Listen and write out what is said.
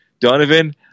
Donovan